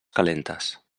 calentes